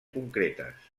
concretes